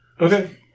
Okay